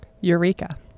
eureka